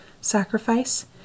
sacrifice